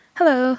Hello